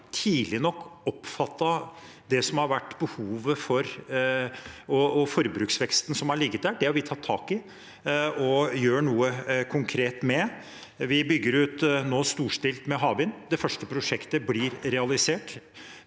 tidlig nok har oppfattet det som har vært behovet og forbruksveksten som har ligget der. Det har vi tatt tak i og gjør noe konkret med. Vi bygger nå ut storstilt med havvind. Det første prosjektet blir realisert.